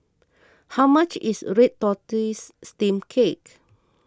how much is Red Tortoise Steamed Cake